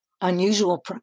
unusual